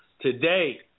Today